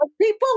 People